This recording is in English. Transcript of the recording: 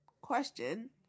question